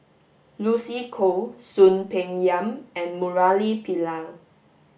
Lucy Koh Soon Peng Yam and Murali Pillai